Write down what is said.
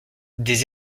des